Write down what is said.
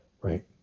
right